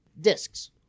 discs